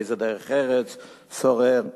איזה דרך ארץ שוררת בכיתות,